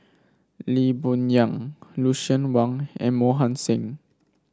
Lee Boon Yang Lucien Wang and Mohan Singh